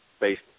based